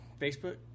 Facebook